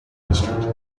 district